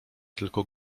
tylko